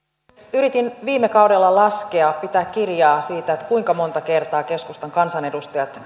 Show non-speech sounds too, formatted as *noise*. yritin viime kaudella laskea pitää kirjaa siitä kuinka monta kertaa keskustan kansanedustajat *unintelligible*